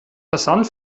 versand